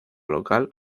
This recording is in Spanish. local